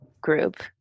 group